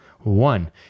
One